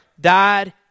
died